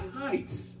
heights